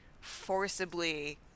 forcibly